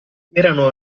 erano